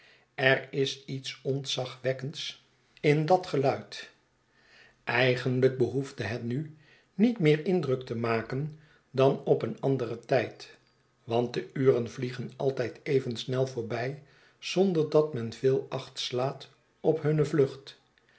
er is iets ontzagwekkends in dat geluid jemima evans en be abend eigenlijk behoefde het nu niet meer indruk te maken dan op een anderen tijd want de uren vliegen altijd even snel voorbij zonder dat men veel acht slaat op hunne vlucht